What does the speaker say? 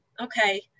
okay